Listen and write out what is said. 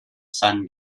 sun